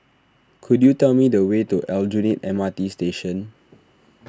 could you tell me the way to Aljunied M R T Station